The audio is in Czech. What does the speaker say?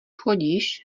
chodíš